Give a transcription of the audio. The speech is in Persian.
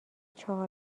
چهار